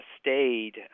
stayed